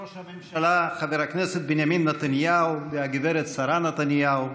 אדוני ראש הממשלה חבר הכנסת בנימין נתניהו והגב' שרה נתניהו,